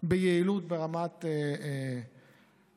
ביעילות ברמת ההחלטה.